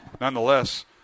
nonetheless